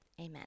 Amen